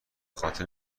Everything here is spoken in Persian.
خاطر